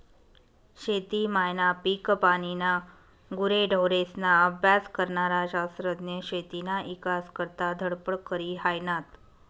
शेती मायना, पिकपानीना, गुरेढोरेस्ना अभ्यास करनारा शास्त्रज्ञ शेतीना ईकास करता धडपड करी हायनात